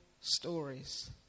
stories